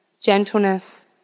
gentleness